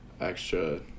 extra